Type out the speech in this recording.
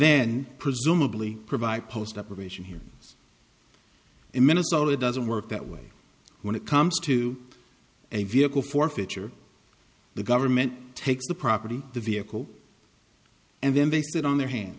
then presumably provide post operation here in minnesota it doesn't work that way when it comes to a vehicle forfeiture the government takes the property the vehicle and then they sit on their hand